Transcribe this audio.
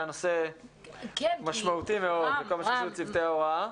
הנושא משמעותי מאוד בכל מה שקשור לצוותי ההוראה.